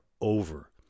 over